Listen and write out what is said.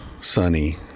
sunny